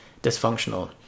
dysfunctional